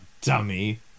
dummy